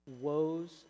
woes